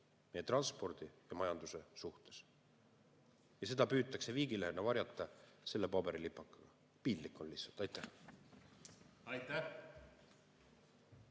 transpordi ja majanduse suhtes. Ja seda püütakse viigilehena varjata selle paberilipakaga. Piinlik on lihtsalt. Aitäh!